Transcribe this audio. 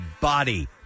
body